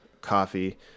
coffee